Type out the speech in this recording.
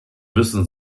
müssen